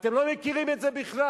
אתם לא מכירים את זה בכלל.